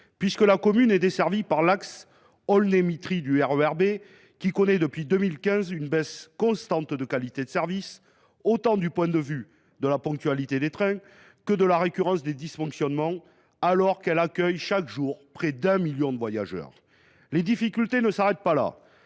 puisque la commune est desservie par l’axe Aulnay sous Bois Mitry Claye du RER B, qui connaît depuis 2015 une baisse constante de qualité de service, du point de vue tant de la ponctualité des trains que de la récurrence des dysfonctionnements, alors qu’elle accueille, chaque jour, près d’un million de voyageurs. Les difficultés ne s’arrêtent pas là.